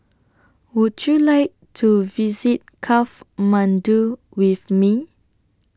Would YOU like to visit Kathmandu with Me